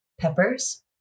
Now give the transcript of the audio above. peppers